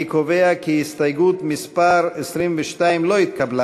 אני קובע כי הסתייגות מס' 22 לא התקבלה.